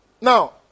now